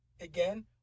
again